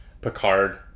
picard